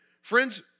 Friends